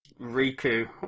Riku